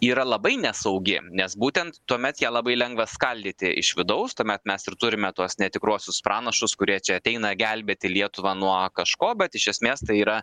yra labai nesaugi nes būtent tuomet ją labai lengva skaldyti iš vidaus tuomet mes ir turime tuos netikruosius pranašus kurie čia ateina gelbėti lietuvą nuo kažko bet iš esmės tai yra